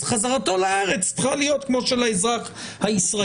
אז חזרתו לארץ צריכה להיות כמו של האזרח הישראלי.